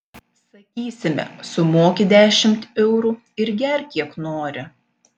sakysime sumoki dešimt eurų ir gerk kiek nori